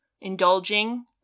Indulging